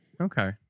Okay